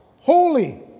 holy